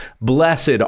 blessed